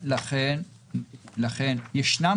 לכן, ישנם